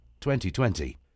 2020